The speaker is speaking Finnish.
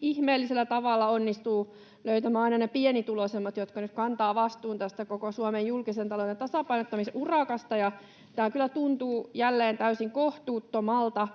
ihmeellisellä tavalla onnistuu löytämään aina ne pienituloisimmat, jotka nyt kantavat vastuun tästä koko Suomen julkisen talouden tasapainottamisurakasta, ja tämä kyllä tuntuu jälleen täysin kohtuuttomalta.